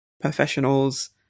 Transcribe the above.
professionals